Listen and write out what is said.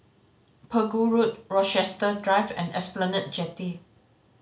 Pegu Road Rochester Drive and Esplanade Jetty